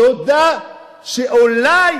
תודה שאולי